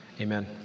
Amen